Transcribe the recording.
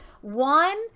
One